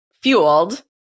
fueled